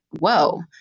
whoa